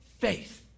faith